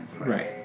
Right